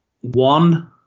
One